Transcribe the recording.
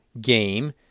game